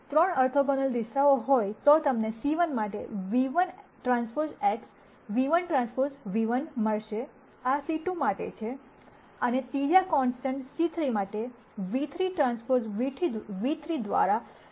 3 orthogonal દિશાઓ હોય તો તમને c ₁ માટે ν₁TX ν₁Tν₁ મળશે આ c 2 માટે છે અને ત્રીજા કોન્સ્ટન્ટ c3 માટે ν3Tν3 દ્વારા વિભાજિત ν3TX મળશે